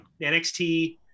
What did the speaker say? nxt